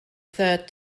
third